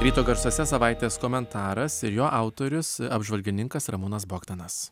ryto garsuose savaitės komentaras ir jo autorius apžvalgininkas ramūnas bogdanas